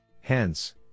Hence